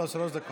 טוב, שלוש דקות.